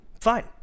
Fine